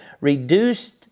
reduced